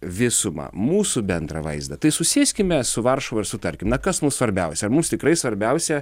visumą mūsų bendrą vaizdą tai susėskime su varšuva ir sutarkim na kas mums svarbiausia ar mums tikrai svarbiausia